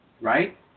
right